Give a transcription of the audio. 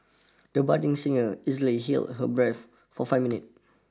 the budding singer easily held her breath for five minutes